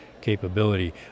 capability